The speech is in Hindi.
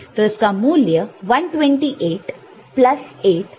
तो इसका मूल्य 128 प्लस 8 प्लस 4 जोकि 140 है